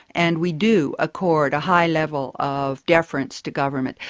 and we do, accord a high level of deference to government.